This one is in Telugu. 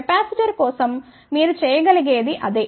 కెపాసిటర్ కోసం మీరు చేయగలిగేది అదే